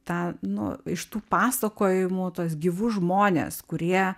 tą nu iš tų pasakojimų tuos gyvus žmones kurie